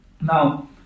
Now